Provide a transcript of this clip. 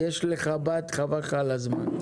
יש לך בת חבל לך על הזמן,